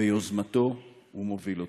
ביוזמתו ומוביל אותו.